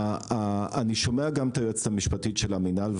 אני שומע גם את היועצת המשפטית של המינהל,